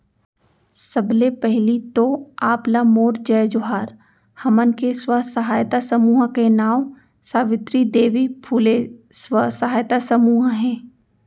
सबले पहिली तो आप ला मोर जय जोहार, हमन के स्व सहायता समूह के नांव सावित्री देवी फूले स्व सहायता समूह हे